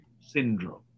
syndrome